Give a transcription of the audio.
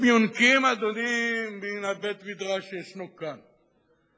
הם יונקים, אדוני, מן הבית-מדרש שישנו כאן.